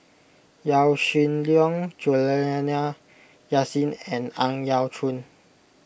Yaw Shin Leong Juliana Yasin and Ang Yau Choon